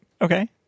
Okay